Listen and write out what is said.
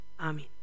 Amen